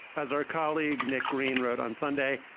as our colleague nick green wrote on sunday.